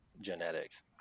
genetics